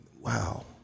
Wow